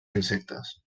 insectes